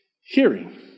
Hearing